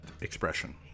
expression